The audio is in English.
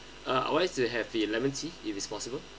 uh I would like to have the lemon tea if it's possible